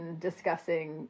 discussing